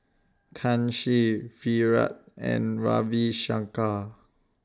Kanshi Virat and Ravi Shankar